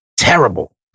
Terrible